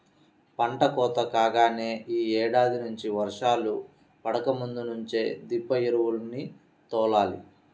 పంట కోత కాగానే యీ ఏడాది నుంచి వర్షాలు పడకముందు నుంచే దిబ్బ ఎరువుల్ని తోలాలి